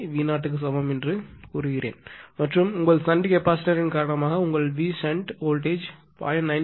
95 V0 சமம் என்று சொல்லுங்கள் மற்றும் உங்கள் ஷன்ட் கெப்பாசிட்டர்யின் காரணமாக உங்கள் Vsh வோல்டேஜ்0